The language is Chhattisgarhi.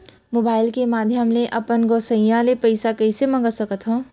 मोबाइल के माधयम ले अपन गोसैय्या ले पइसा कइसे मंगा सकथव?